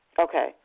Okay